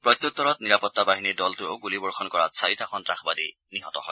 প্ৰত্যুত্তৰত নিৰাপত্তা বাহিনীৰ দলটোৱেও গুলীবৰ্ষণ কৰাত চাৰিটা সন্নাসবাদী নিহত হয়